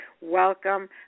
Welcome